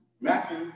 Matthew